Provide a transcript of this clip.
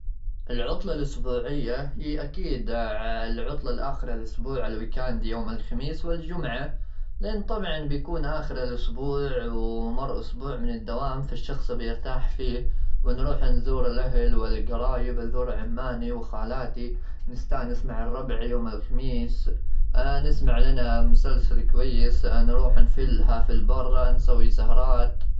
العطلة الأسبوعية هي أكيد العطلة لآخر الأسبوع، الويكاند يوم الخميس والجمعة؛ لأن طبعا بيكون آخر الأسبوع، ومر أسبوع من الدوام. فالشخص يبي يرتاح فيه، ونروح نزور الأهل والجرايب، نزور عماني، وخلاتي نستأنس مع الربع يوم الخميس، نسمع لنا مسلسل كويس، نروح نفلها في البر، نسوي سهرات.